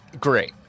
Great